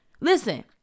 listen